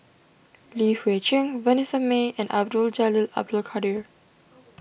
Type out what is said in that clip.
Li Hui Cheng Vanessa Mae and Abdul Jalil Abdul Kadir